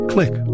Click